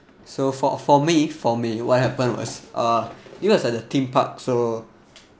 so for for me for me what happened was uh it was at the theme park so